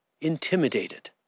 intimidated